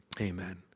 Amen